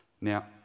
Now